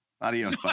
adios